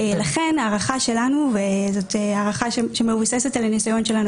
לכן ההערכה שלנו וזו הערכה שמבוססת על הניסיון שלנו